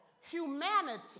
humanity